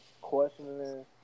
questioning